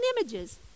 images